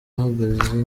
ahagaze